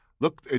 Look